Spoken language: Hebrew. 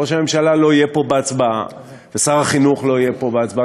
ראש הממשלה לא יהיה פה בהצבעה ושר החינוך לא יהיה פה בהצבעה.